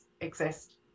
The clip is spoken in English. exist